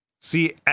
See